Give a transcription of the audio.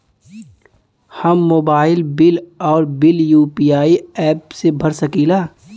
हम mobile bill और bill UPI app से भर सकिला